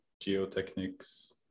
geotechnics